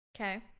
Okay